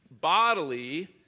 bodily